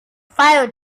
fire